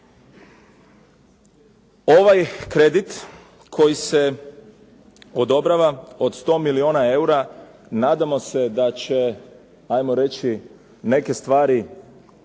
Ovaj kredit koji se odobrava, od 100 milijuna eura, nadamo se da će, ajmo reći, neke stvari premostiti